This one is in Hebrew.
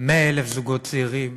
100,000 זוגות צעירים